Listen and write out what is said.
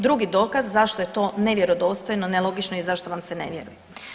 Drugi dokaz zašto je to nevjerodostojno, nelogično i zašto vam se ne vjeruje.